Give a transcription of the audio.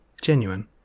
Genuine